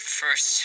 first